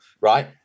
right